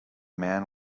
man